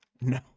No